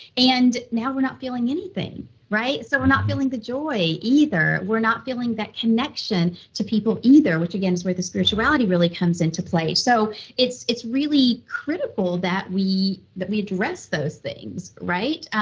and now we're not feeling anything right? so we're not feeling the joy either, we're not feeling that connection to people either, which again, is where the spirituality really comes into play. so it's it's really critical that we that we address those things, right?